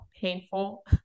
painful